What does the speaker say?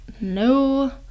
no